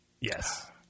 Yes